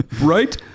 Right